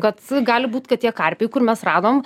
kad gali būt kad tie karpiai kur mes radom